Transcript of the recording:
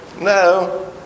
no